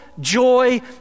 joy